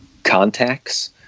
contacts